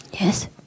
Yes